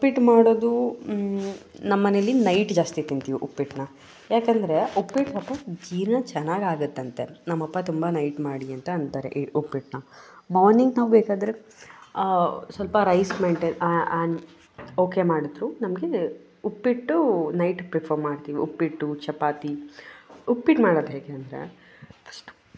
ಉಪ್ಪಿಟ್ಟು ಮಾಡೋದು ನಮ್ಮ ಮನೇಲಿ ನೈಟ್ ಜಾಸ್ತಿ ತಿಂತೀವಿ ಉಪ್ಪಿಟ್ಟನ್ನ ಯಾಕಂದರೆ ಉಪ್ಪಿಟ್ಟು ಸ್ವಲ್ಪ ಜೀರ್ಣ ಚೆನ್ನಾಗಾಗುತ್ತಂತೆ ನಮ್ಮಅಪ್ಪ ತುಂಬ ನೈಟ್ ಮಾಡಿ ಅಂತ ಅಂತಾರೆ ಈ ಉಪ್ಪಿಟ್ಟನ್ನ ಮಾರ್ನಿಂಗ್ ನಾವು ಬೇಕಾದರೆ ಸ್ವಲ್ಪ ರೈಸ್ ಮೇಂಟೇ ಆ್ಯಂಡ್ ಓಕೆ ಮಾಡಿದರೂ ನಮಗೆ ಉಪ್ಪಿಟ್ಟು ನೈಟ್ ಪ್ರಿಫರ್ ಮಾಡ್ತೀವಿ ಉಪ್ಪಿಟ್ಟು ಚಪಾತಿ ಉಪ್ಪಿಟ್ಟು ಮಾಡೋದು ಹೇಗೆ ಅಂದರೆ ಫಸ್ಟು